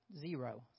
Zero